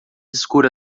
escura